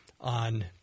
on